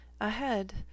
ahead